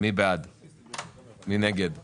אני נמצא כאן